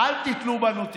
אל תתלו בנו תקוות.